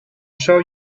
show